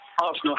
Arsenal